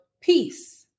peace